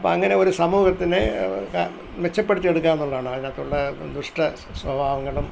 അപ്പോൾ അങ്ങനെ ഒരു സമൂഹത്തിന് മെച്ചപ്പെടുത്തിയെടുക്കാന്നുള്ളതാണ് അതിനകത്തുള്ള ദുഷ്ട സ്വഭാവങ്ങളും